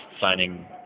signing